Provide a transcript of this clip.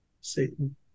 Satan